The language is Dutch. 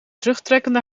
terugtrekkende